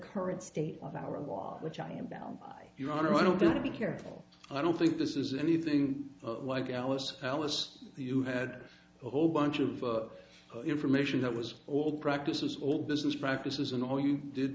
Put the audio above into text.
current state of our law which i am bound by your honor i don't want to be careful i don't think this is anything like alice alice you had a whole bunch of information that was all practices all business practices and all you did